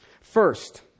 First